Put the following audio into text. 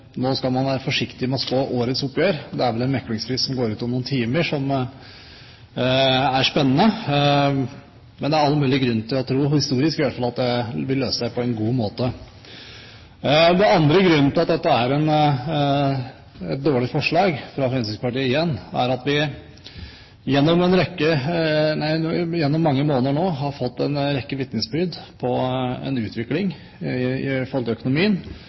Nå skal man være forsiktig med å spå årets oppgjør – det er en meklingsfrist som går ut om noen timer, som er spennende – men det er all mulig grunn til å tro, historisk sett i hvert fall, at det vil bli løst på en god måte. Den andre grunnen til at dette er et dårlig forslag – fra Fremskrittspartiet igjen – er at vi gjennom mange måneder nå har fått en rekke vitnesbyrd på en utvikling i økonomien